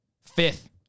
fifth